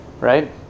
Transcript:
Right